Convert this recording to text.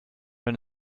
wenn